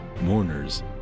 Mourners